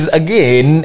again